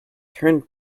turned